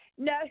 No